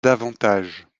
davantage